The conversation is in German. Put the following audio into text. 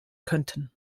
könnten